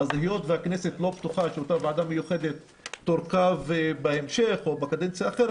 היות והכנסת לא בטוחה שאותה ועדה מיוחדת תורכב בהמשך או בקדנציה אחרת,